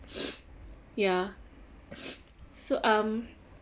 yeah so um